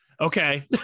Okay